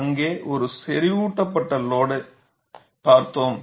அங்கே ஒரு செறிவூட்டப்பட்ட லோடுகளைப் பார்த்தோம்